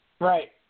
Right